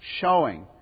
showing